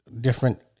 different